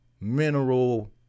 mineral